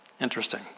Interesting